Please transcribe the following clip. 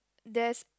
there's